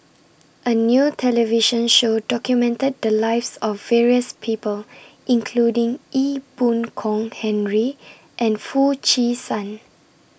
A New television Show documented The Lives of various People including Ee Boon Kong Henry and Foo Chee San